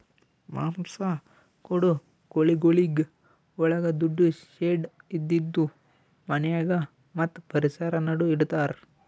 ಮಾಂಸ ಕೊಡೋ ಕೋಳಿಗೊಳಿಗ್ ಒಳಗ ದೊಡ್ಡು ಶೆಡ್ ಇದ್ದಿದು ಮನ್ಯಾಗ ಮತ್ತ್ ಪರಿಸರ ನಡು ಇಡತಾರ್